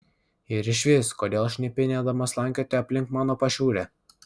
ir išvis kodėl šnipinėdamas slankiojate aplink mano pašiūrę